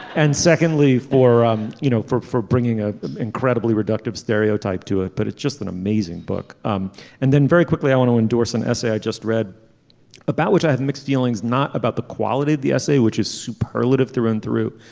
and secondly for um you know four for bringing a incredibly reductive stereotype to it but it's just an amazing book um and then very quickly i want to endorse an essay i just read about which i have mixed feelings not about the quality of the essay which is superlative through and through.